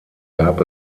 gab